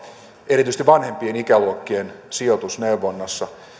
erityisesti vanhempien ikäluokkien sijoitusneuvonnassa